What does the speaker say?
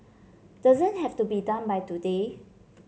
doesn't have to be done by today